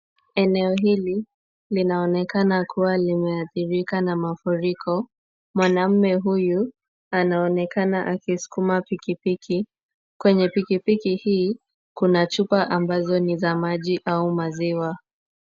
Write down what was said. Eneo hili linaonekana kuwa limeathirika na mafuriko, mwanaume huyu, anaonekana kubwa anasikika pikipiki. Kwenye pikipiki hii kuna chupa ambazo ni za maji au maziwa.